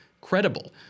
credible